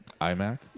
iMac